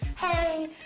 hey